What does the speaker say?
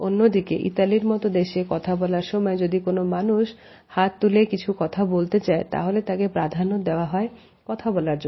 অন্যদিকে ইতালির মতো দেশে কথা বলার সময় যদি কোন মানুষ হাত তুলে কিছু বলতে চায় তাহলে তাকে প্রাধান্য দেওয়া হয় কথা বলার জন্য